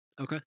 Okay